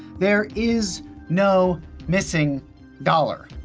there is no missing dollar.